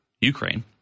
Ukraine